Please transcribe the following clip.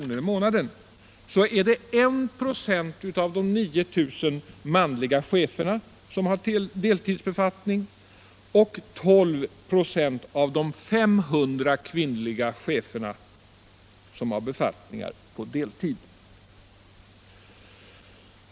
— är det 1 96 av de 9000 manliga cheferna som har deltidsbefattningar, medan 12 96 av de 500 kvinnliga cheferna har deltidsbefattningar.